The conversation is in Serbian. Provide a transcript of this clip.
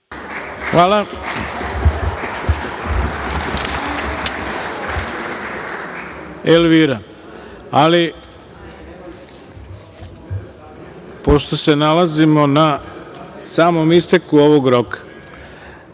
Hvala. Elvira, ali pošto se nalazimo na samom isteku ovog roka,